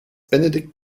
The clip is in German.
benedikt